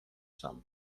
some